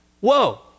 Whoa